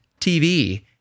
TV